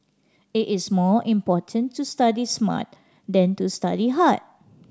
it is more important to study smart than to study hard